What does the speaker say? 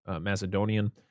Macedonian